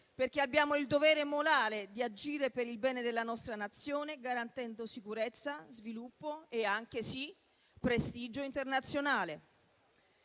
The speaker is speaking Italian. perché abbiamo il dovere morale di agire per il bene della nostra Nazione garantendo sicurezza, sviluppo e anche, sì, prestigio internazionale.